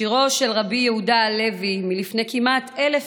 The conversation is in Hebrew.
שירו של רבי יהודה הלוי מלפני כמעט 1,000